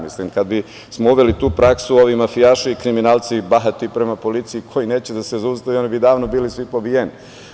Mislim kada bismo uveli tu prasku ovi mafijaši i kriminalci bahati prema policiji koji neće da se zaustave bi davno bili svi pobijeni.